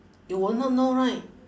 you will not know right